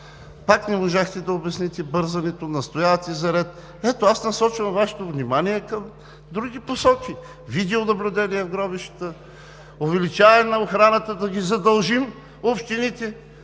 Пак не успяхте да обясните бързането. Настоявате за ред. Ето, аз насочвам Вашето внимание към други посоки – видеонаблюдение в гробищата, увеличаване на охраната, да задължим общините